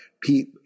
Pete